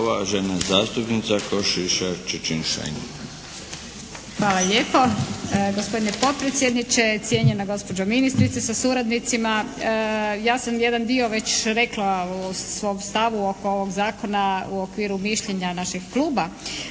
Hvala lijepo gospodine potpredsjedniče, cijenjena gospođo ministrice sa suradnicima. Ja sam jedan dio već rekla u svom stavu oko ovog Zakona u okviru mišljenja našeg kluba,